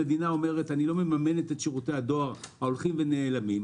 המדינה אומרת: אני לא מממנת את שירותי הדואר ההולכים ונעלמים.